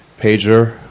Pager